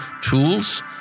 tools